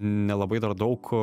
nelabai dar daug